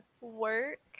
work